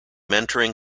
mentoring